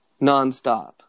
nonstop